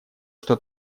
что